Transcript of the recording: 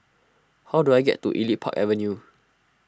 how do I get to Elite Park Avenue